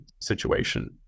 situation